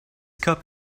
cup